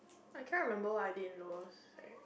I can't remember what I did in lower sec